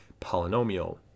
polynomial